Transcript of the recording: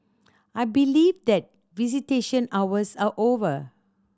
I believe that visitation hours are over